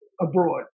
abroad